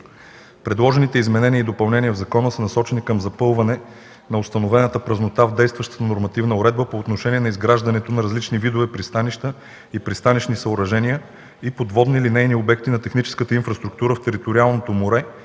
Предложените изменения и допълнения в закона са насочени към запълване на установената празнота в действащата нормативна уредба по отношение на изграждането на различните видове пристанища и пристанищни съоръжения и подводни линейни обекти на техническата инфраструктура в териториалното море,